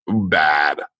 Bad